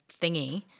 thingy